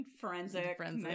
forensic